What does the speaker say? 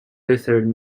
lutheran